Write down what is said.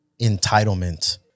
entitlement